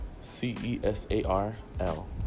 C-E-S-A-R-L